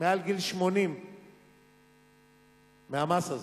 מעל גיל 80 מהמס הזה,